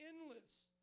endless